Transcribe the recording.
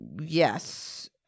yes